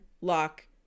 lock